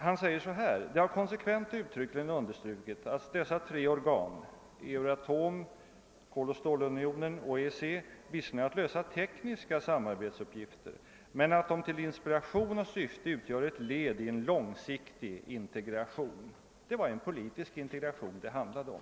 Han sade: »Det har konsekvent och uttryckligen understrukits att dessa tre organ» — Euratom, koloch stålunionen och EEC — »visserligen har att lösa tekniska samarbetsuppgifter men att de till inspiration och syfte utgör ett led i en långsiktig integration.» Det var en politisk integration det handlade om.